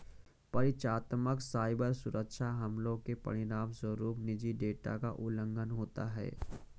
परिचालनात्मक साइबर सुरक्षा हमलों के परिणामस्वरूप निजी डेटा का उल्लंघन होता है